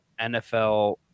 nfl